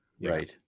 right